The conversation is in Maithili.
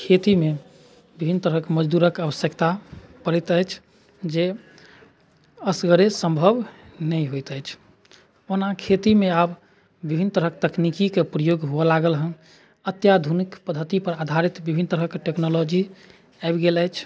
खेतीमे विभिन्न तरहके मजदूरक आवश्यकता पड़ैत अछि जे असगरे सम्भव नहि होइत अछि ओना खेतीमे आब विभिन्न तरहके तकनीकीके प्रयोग हुअ लागल हेँ अत्याधुनिक पद्धतिपर आधारित विभिन्न तरहके टेक्नॉलोजी आबि गेल अछि